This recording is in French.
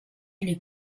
les